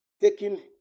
Taking